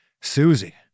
Susie